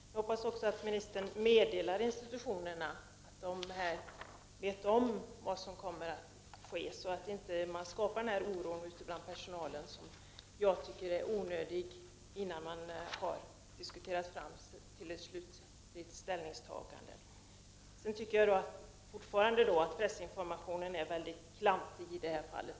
Jag hoppas också att ministern meddelar institutionerna, så att de vet om vad som kommer att ske och det inte skapas en onödig oro bland personalen innan man har diskuterat fram ett slutligt ställningstagande. Jag tycker fortfarande att pressinformationen är klantig i det här fallet.